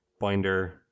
binder